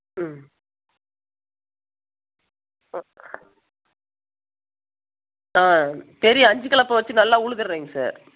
ம் ஓகே ஆ பெரிய அஞ்சு கலப்பைய வைச்சி நல்லா உழுதுட்றேங்க சார்